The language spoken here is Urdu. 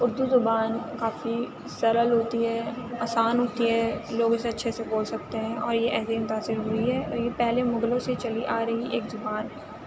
اُردو زبان کافی سرل ہوتی ہے آسان ہوتی ہے لوگ اسے اچھے سے بول سکتے ہیں اور یہ ایسے متاثر ہوئی ہے اور یہ پہلے مُغلوں سے چلی آ رہی ایک زبان ہے